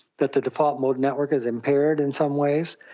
that the default mode network is impaired in some ways.